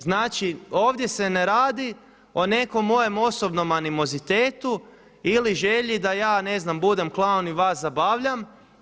Znači, ovdje se ne radi o nekom mojem osobnom animozitetu ili želji da ja ne znam budem klaun i vas zabavljam.